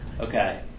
Okay